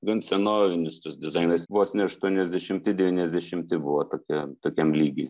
gan senovinis tas dizainas vos ne aštuoniasdešimti devyniasdešimti buvo tokia tokiam lygyje